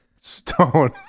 Stone